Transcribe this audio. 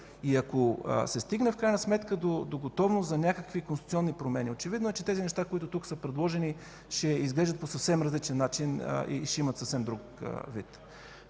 Ако се стигне в крайна сметка до готовност за някакви конституционни промени, очевидно е, че тези неща, които са предложени тук, ще изглеждат по съвсем различен начин и ще имат съвсем друг вид.